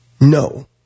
No